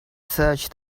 search